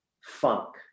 funk